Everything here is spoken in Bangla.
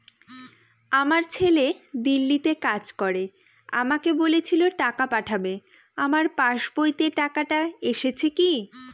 আমার ছেলে দিল্লীতে কাজ করে আমাকে বলেছিল টাকা পাঠাবে আমার পাসবইতে টাকাটা এসেছে কি?